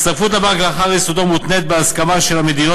הצטרפות לבנק לאחר ייסודו מותנית בהסכמה של המדינות